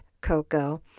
cocoa